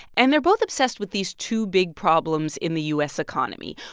and they're both obsessed with these two big problems in the u s. economy.